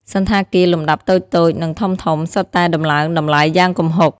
សណ្ឋាគារលំដាប់តូចៗ និងធំៗសុទ្ធតែដំឡើងតម្លៃយ៉ាងគំហុក។